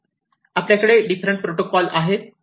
आपल्याकडे different protocol आहेत